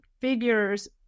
figures